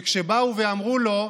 שכשבאו ואמרו לו: